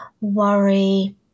worry